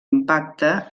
impacte